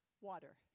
water